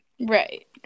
Right